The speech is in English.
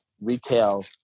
retail